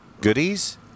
Goodies